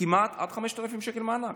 עד 5,000 שקל מענק.